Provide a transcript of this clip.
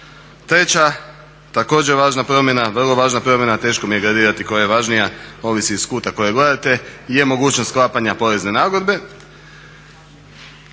treća također važna promjena, vrlo važna promjena, teško mi je gradirati koja je važnija, ovisi iz kuta iz kojeg gledate, je mogućnost sklapanja porezne nagodbe.